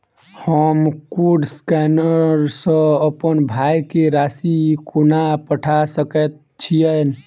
हम code scanner सँ अप्पन भाय केँ राशि कोना पठा सकैत छियैन?